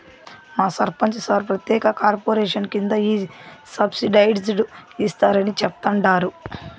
మా సర్పంచ్ సార్ ప్రత్యేక కార్పొరేషన్ కింద ఈ సబ్సిడైజ్డ్ ఇస్తారని చెప్తండారు